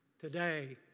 Today